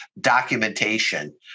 documentation